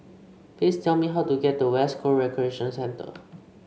please tell me how to get to West Coast Recreation Centre